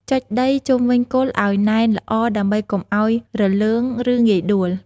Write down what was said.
ចុចដីជុំវិញគល់ឲ្យណែនល្អដើម្បីកុំឲ្យរលើង ឬងាយដួល។